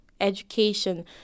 education